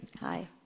Hi